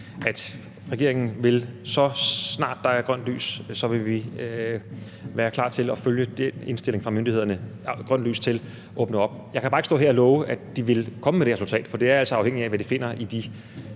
vil regeringen, så snart der er grønt lys, være klar til at følge den indstilling fra myndighederne, der er grønt lys til, altså åbne op. Jeg kan bare ikke stå her og love, at de vil komme med det resultat, for det er altså afhængigt af, hvad de finder i de